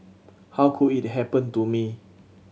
how could it happen to me